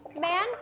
Man